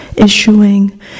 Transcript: Issuing